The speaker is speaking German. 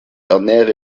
ernähre